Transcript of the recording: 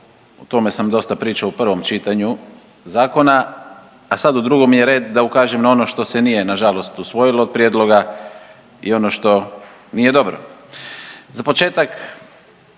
o tome sam dosta pričao u prvom čitanju zakona, a sad u drugom mi je red da ukažem na ono što se nije nažalost usvojilo od prijedloga i ono što nije dobro. Za početak